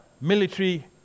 military